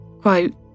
Quote